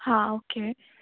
हां ओके